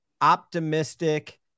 optimistic